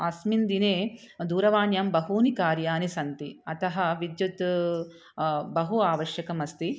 अस्मिन् दिने दूरवाण्यां बहुनि कार्याणि सन्ति अतः विद्युत् बहु आवश्यकमस्ति